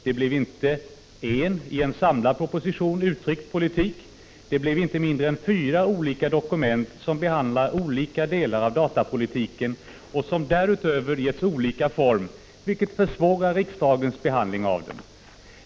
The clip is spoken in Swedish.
Det blev inte en, i en samlad proposition, uttryckt politik. Det blev inte mindre än fyra olika dokument som behandlar olika delar av datapolitiken och som därutöver getts olika form, vilket försvårar riksdagens behandling av den.